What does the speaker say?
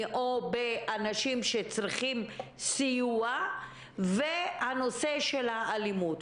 או במספר האנשים שצריכים סיוע ונושא האלימות,